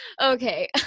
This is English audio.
Okay